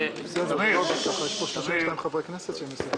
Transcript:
הוא 20 שנה גר בבית שלו.